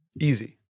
Easy